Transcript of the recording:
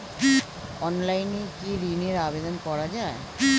অনলাইনে কি ঋনের আবেদন করা যায়?